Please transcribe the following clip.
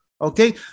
okay